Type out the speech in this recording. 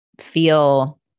feel